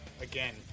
again